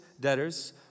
debtors